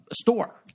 store